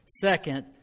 second